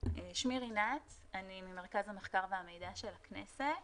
אני ממרכז המחקר והמידע של הכנסת.